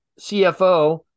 CFO